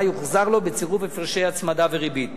יוחזר לו בצירוף הפרשי הצמדה וריבית.